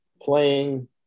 playing